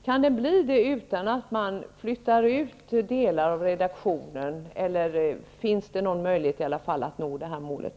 Är det möjligt att åstadkomma utan att man flyttar ut delar av redaktionen, eller hur skall man kunna nå det målet?